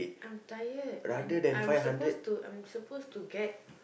I'm tired I'm I'm supposed I'm supposed to get